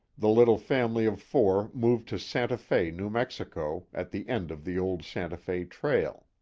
the little family of four moved to santa fe, new mexico, at the end of the old santa fe trail.